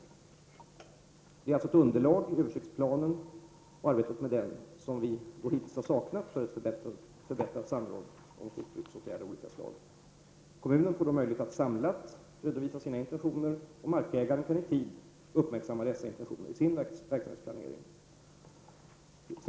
Översiktsplaner utgör alltså ett underlag, och det är något som vi hittills har saknat för att kunna få ett förbättrat samråd. Kommunen får då möjlighet att samlat redovisa sina intentioner, och markägaren kan i tid uppmärksamma dessa intentioner i sin verksamhetsplanering.